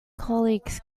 colleagues